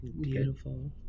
Beautiful